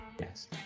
yes